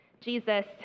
Jesus